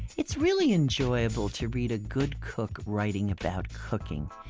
it's really enjoyable to read a good cook writing about cooking,